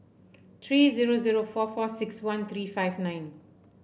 three zero zero four four six one three five nine